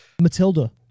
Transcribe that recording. Matilda